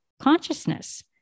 consciousness